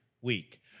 week